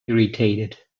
irritated